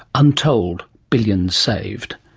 untold billions saved.